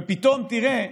ופתאום תראה,